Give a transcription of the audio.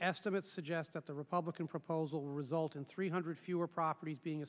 estimates suggest that the republican proposal will result in three hundred fewer properties being